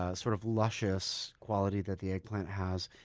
ah sort of luscious quality that the eggplant has,